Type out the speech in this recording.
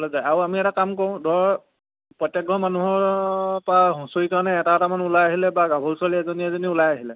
যায় আৰু আমি এটা কাম কৰোঁ ধৰ প্ৰত্যেকঘৰ মানুহৰ পৰা হুঁচৰি কাৰণে এটা এটামান ওলাই আহিলে বা গাভৰু ছোৱালী এজনী এজন ওলাই আহিলে